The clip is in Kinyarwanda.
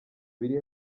biri